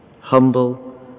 Humble